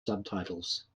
subtitles